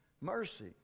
mercy